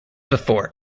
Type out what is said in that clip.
before